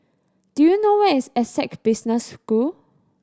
do you know where is Essec Business School